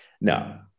Now